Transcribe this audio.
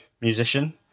musician